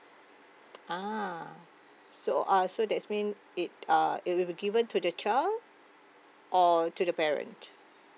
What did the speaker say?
a'ah so uh so that's mean it uh it will be given to the child or to the parent